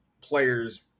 players